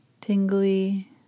tingly